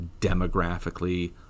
demographically